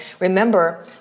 remember